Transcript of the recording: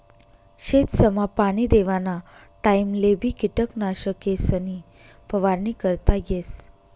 शेतसमा पाणी देवाना टाइमलेबी किटकनाशकेसनी फवारणी करता येस